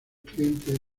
clientes